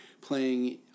playing